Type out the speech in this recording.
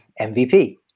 MVP